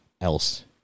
else